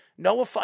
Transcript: Noah